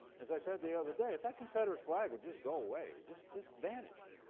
as i said the other day if that confederate flag would just go away, just just vanish,